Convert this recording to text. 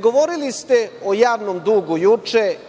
govorili ste juče o javnom dugu.